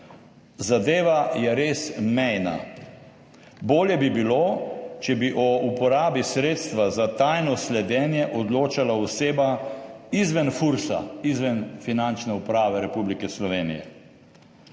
»Zadeva je res mejna,« bolje bi bilo, če bi o uporabi sredstva za tajno sledenje odločala oseba izven Fursa, izven Finančne uprave Republike Slovenije.